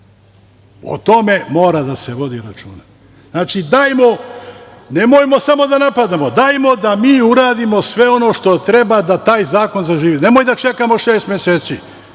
O tome mora da se vodi računa. Znači, dajmo, nemojte samo da napadamo, dajmo da mi uradimo sve ono što treba da taj zakon zaživi. Nemojte da čekamo šest meseci